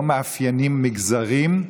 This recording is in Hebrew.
ולא מאפיינים מגזרים.